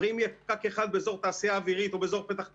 הרי אם יהיה פקק אחד באזור התעשייה האווירית או באזור פתח תקווה,